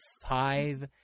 five